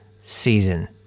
season